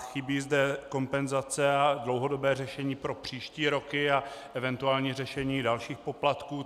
Chybí zde kompenzace a dlouhodobé řešení pro příští roky a eventuální řešení dalších poplatků.